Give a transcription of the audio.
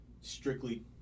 strictly